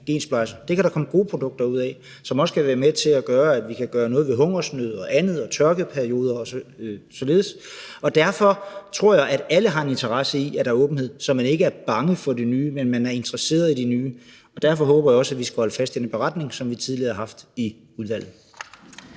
der kan komme gode produkter ud af, at man gensplejser, som også kan være med til, at vi kan gøre noget ved hungersnød og tørkeperioder osv. Derfor tror jeg, at alle har en interesse i, at der er åbenhed, så man ikke er bange for det nye, men er interesseret i det. Og derfor håber jeg også, at vi holder fast i den beretning, som vi tidligere har skrevet i udvalget.